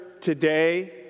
today